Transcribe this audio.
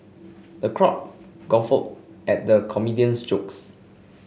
the crowd guffawed at the comedian's jokes